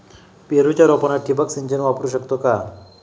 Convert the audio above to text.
पेरूच्या रोपांना ठिबक सिंचन वापरू शकतो का?